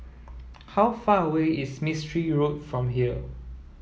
how far away is Mistri Road from here